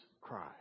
cry